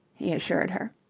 he assured her.